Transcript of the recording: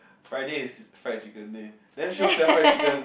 Fridays is fried chicken day there show sells fried chicken